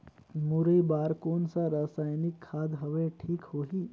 मुरई बार कोन सा रसायनिक खाद हवे ठीक होही?